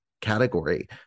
category